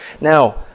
Now